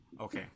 Okay